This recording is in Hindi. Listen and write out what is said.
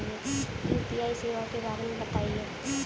यू.पी.आई सेवाओं के बारे में बताएँ?